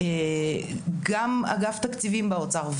ראשונה שגם אגף תקציבים באוצר,